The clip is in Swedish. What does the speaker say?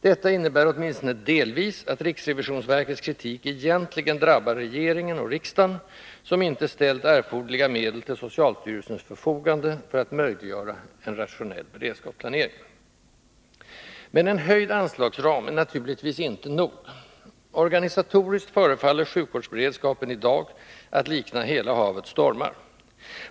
Detta innebär åtminstone delvis att riksrevisionsverkets kritik egentligen drabbar regeringen och riksdagen, som icke ställt erforderliga medel till socialstyrelsens förfogande för att möjliggöra en rationell beredskapsplanering. Men en höjning av anslagsramen är naturligtvis inte nog. Organisatoriskt förefaller sjukvårdsberedskapen i dag att likna ”hela havet stormar”.